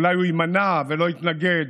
אולי הוא יימנע ולא יתנגד.